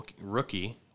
rookie